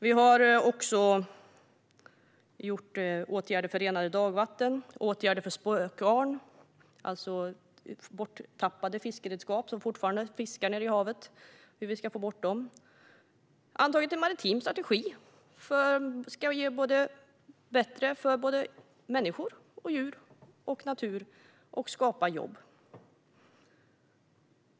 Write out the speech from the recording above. Vi har också vidtagit åtgärder för renare dagvatten och åtgärder för att få bort spökgarn, alltså borttappade fiskeredskap som fortsätter att fiska i havet. Vi har antagit en maritim strategi som ska göra det bättre för människor, djur och natur och skapa jobb.